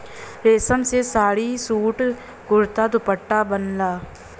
रेशम से साड़ी, सूट, कुरता, दुपट्टा बनला